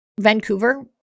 vancouver